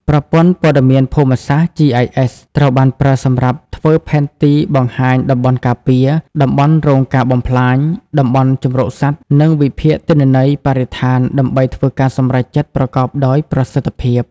ប្រព័ន្ធព័ត៌មានភូមិសាស្ត្រ GIS ត្រូវបានប្រើសម្រាប់ធ្វើផែនទីបង្ហាញតំបន់ការពារ តំបន់រងការបំផ្លាញ តំបន់ជម្រកសត្វ និងវិភាគទិន្នន័យបរិស្ថានដើម្បីធ្វើការសម្រេចចិត្តប្រកបដោយប្រសិទ្ធភាព។